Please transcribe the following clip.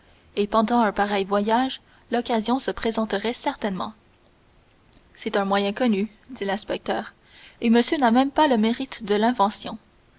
et pendant un pareil voyage l'occasion se présenterait certainement c'est un moyen connu dit l'inspecteur et monsieur n'a pas même le mérite de l'invention